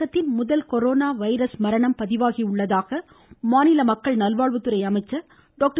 தமிழகத்தில் முதல் corona virus மரணம் பதிவாகி இருப்பதாக மாநில மக்கள் நல்வாழ்வுத்துறை அமைச்சர் டாக்டர்